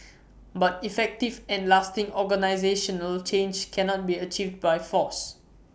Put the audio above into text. but effective and lasting organisational change cannot be achieved by force